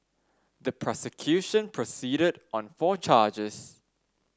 the prosecution proceeded on four charges